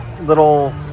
little